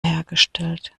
hergestellt